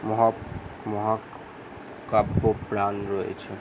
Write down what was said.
মহাকাব্য প্রাণ রয়েছে